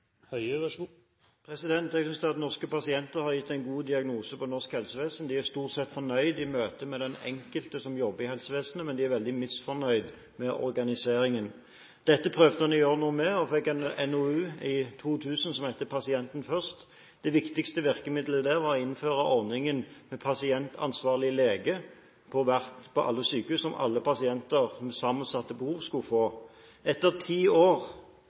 Jeg synes at norske pasienter har gitt en god diagnose på norsk helsevesen – de er stort sett fornøyd i møtet med den enkelte som jobber i helsevesenet, men de er veldig misfornøyd med organiseringen. Dette prøvde man å gjøre noe med, og vi fikk en NOU som het Pasienten først! Det viktigste virkemiddelet der var å innføre ordningen med pasientansvarlig lege på alle sykehus, som alle pasienter med sammensatte behov skulle få. Etter ti år